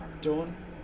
dawn